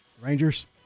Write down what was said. Rangers